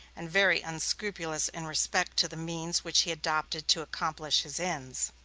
and very unscrupulous in respect to the means which he adopted to accomplish his ends.